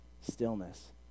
stillness